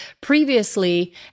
previously